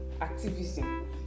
activism